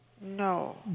No